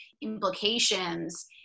implications